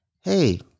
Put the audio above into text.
Hey